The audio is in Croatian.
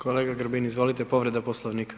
Kolega Grbin, izvolite, povreda poslovnika.